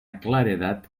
claredat